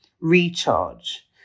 recharge